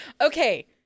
okay